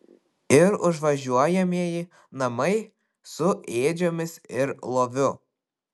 ir užvažiuojamieji namai su ėdžiomis ir loviu